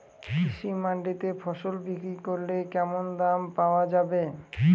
কৃষি মান্ডিতে ফসল বিক্রি করলে কেমন দাম পাওয়া যাবে?